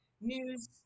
news